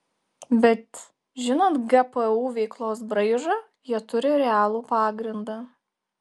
bet žinant gpu veiklos braižą jie turi realų pagrindą